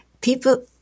people